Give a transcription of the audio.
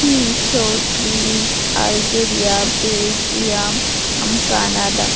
মিশর Greece Algeria Belgium Canada